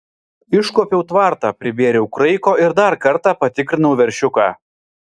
iškuopiau tvartą pribėriau kraiko ir dar kartą patikrinau veršiuką